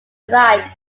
light